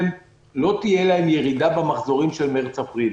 לא תהיה להם ירידה במחזורים של מרץ-אפריל.